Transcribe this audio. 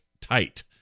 tight